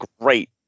great